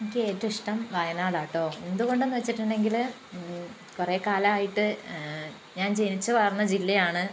എനിക്കേറ്റവും ഇഷ്ടം വയനാടാട്ടോ എന്തുകൊണ്ടെന്ന് വെച്ചിട്ടുണ്ടെങ്കില് കുറെ കാലമായിട്ട് ഞാൻ ജനിച്ചു വളർന്ന ജില്ലയാണ്